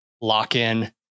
lock-in